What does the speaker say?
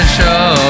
show